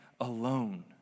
alone